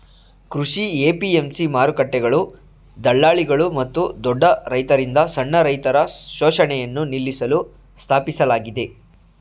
ಕೃಷಿ ಎ.ಪಿ.ಎಂ.ಸಿ ಮಾರುಕಟ್ಟೆಗಳು ದಳ್ಳಾಳಿಗಳು ಮತ್ತು ದೊಡ್ಡ ರೈತರಿಂದ ಸಣ್ಣ ರೈತರ ಶೋಷಣೆಯನ್ನು ನಿಲ್ಲಿಸಲು ಸ್ಥಾಪಿಸಲಾಗಿದೆ